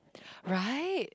right